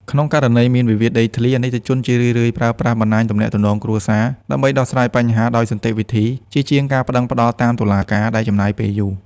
ក្នុងករណីមានវិវាទដីធ្លី អាណិកជនជារឿយៗប្រើប្រាស់ "បណ្ដាញទំនាក់ទំនងគ្រួសារ" ដើម្បីដោះស្រាយបញ្ហាដោយសន្តិវិធីជាជាងការប្ដឹងផ្ដល់តាមតុលាការដែលចំណាយពេលយូរ។